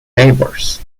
neighbours